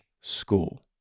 school